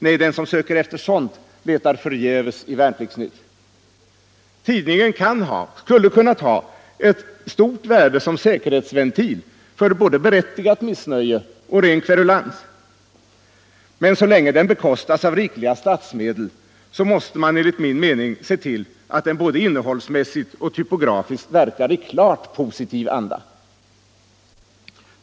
Nej, den som söker efter sådant letar förgäves i Värnpliktsnytt. Tidningen skulle kunna ha ett stort värde som säkerhetsventil för både berättigat missnöje och ren kverulans, men så länge den bekostas av rikliga statsmedel måste man enligt min mening se till att den både innehållsmässigt och typografiskt verkar i klart positiv anda.